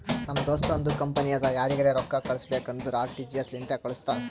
ನಮ್ ದೋಸ್ತುಂದು ಕಂಪನಿ ಅದಾ ಯಾರಿಗರೆ ರೊಕ್ಕಾ ಕಳುಸ್ಬೇಕ್ ಅಂದುರ್ ಆರ.ಟಿ.ಜಿ.ಎಸ್ ಲಿಂತೆ ಕಾಳುಸ್ತಾನ್